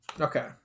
Okay